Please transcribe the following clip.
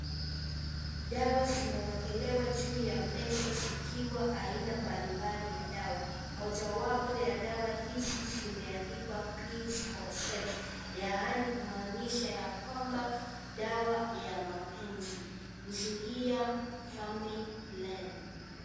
Dawa zimewekelewa juu ya meza zikiwa aina mbalimbali ya dawa . mojawapo ya dawa hizi zimeandikwa PILLS FOR SEX yaani kumaanisha yakwamba dawa ya mapenzi kuzuia family plane